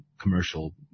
commercial